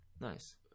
Nice